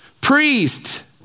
priest